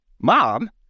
Mom